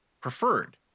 preferred